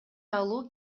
алуу